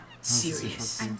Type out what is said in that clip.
serious